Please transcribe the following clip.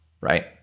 Right